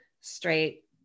straight